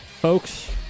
folks